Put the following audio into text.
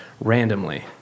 randomly